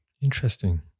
Interesting